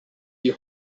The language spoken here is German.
die